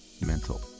mental